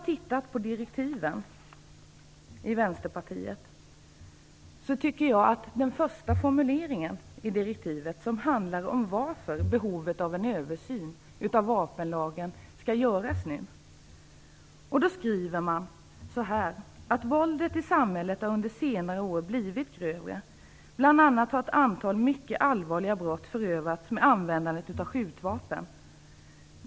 Vi i Vänsterpartiet har tittat på direktiven. Den första formuleringen i direktivet handlar om varför en översyn av vapenlagen skall göras nu. Man skriver att våldet i samhället under senare år har blivit grövre. Bl.a. har ett antal mycket allvarliga brott förövats med användande av skjutvapen.